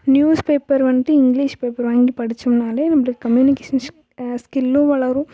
newspaper வந்துட்டு English paper வாங்கி படித்தோம்னாலே நம்பளுக்கு கம்யூனிகேஷன்ஸ் ஸ்கில்லும் வளரும்